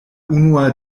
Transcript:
unua